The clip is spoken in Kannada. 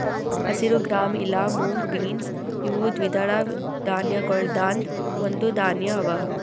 ಹಸಿರು ಗ್ರಾಂ ಇಲಾ ಮುಂಗ್ ಬೀನ್ಸ್ ಇವು ದ್ವಿದಳ ಧಾನ್ಯಗೊಳ್ದಾಂದ್ ಒಂದು ಧಾನ್ಯ ಅವಾ